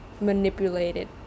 manipulated